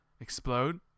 explode